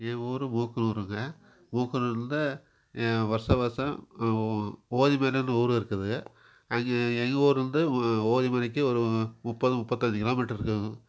என் ஊர் மூக்கனூருங்க மூக்கனூர்லேருந்தே வருஷா வருஷம் ஓதிமேனன்னு ஊர் இருக்குது அங்கே எங்கள் ஊர்லேருந்து ஓதிமேனிக்கு ஒரு முப்பது முப்பத்தஞ்சு கிலோ மீட்டர் இருக்குதுங்க